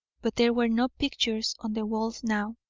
but there were no pictures on the walls now,